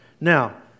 Now